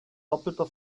doppelter